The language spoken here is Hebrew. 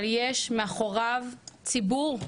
אבל יש מאחוריו ציבור,